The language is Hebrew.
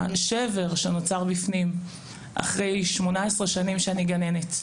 השבר שנוצר בפנים אחרי 18 שנים שאני גננת,